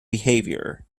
behavior